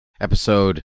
Episode